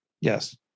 Yes